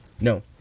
No